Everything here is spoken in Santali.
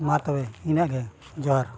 ᱢᱟ ᱛᱚᱵᱮ ᱤᱱᱟᱹᱜ ᱡᱚᱦᱟᱨ